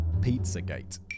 PizzaGate